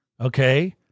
Okay